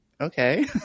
okay